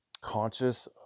conscious